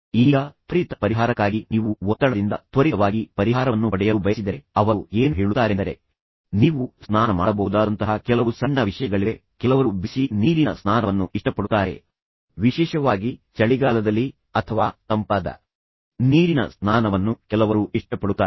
ಈಗ ತ್ವರಿತ ಪರಿಹಾರಕ್ಕಾಗಿ ನೀವು ಒತ್ತಡದಿಂದ ತ್ವರಿತವಾಗಿ ಪರಿಹಾರವನ್ನು ಪಡೆಯಲು ಬಯಸಿದರೆ ಅವರು ಏನು ಹೇಳುತ್ತಾರೆಂದರೆ ನೀವು ಸ್ನಾನ ಮಾಡಬಹುದಾದಂತಹ ಕೆಲವು ಸಣ್ಣ ವಿಷಯಗಳಿವೆ ಕೆಲವರು ಬಿಸಿ ನೀರಿನ ಸ್ನಾನವನ್ನು ಇಷ್ಟಪಡುತ್ತಾರೆ ವಿಶೇಷವಾಗಿ ಚಳಿಗಾಲದಲ್ಲಿ ಅಥವಾ ತಂಪಾದ ನೀರಿನ ಸ್ನಾನವನ್ನು ಕೆಲವರು ಇಷ್ಟಪಡುತ್ತಾರೆ